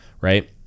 right